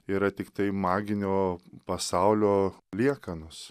yra tiktai maginio pasaulio liekanos